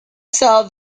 sell